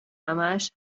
همش